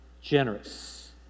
generous